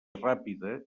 ràpida